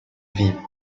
vis